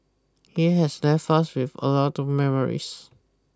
he has left us with a lot of memories